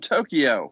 Tokyo